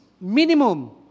minimum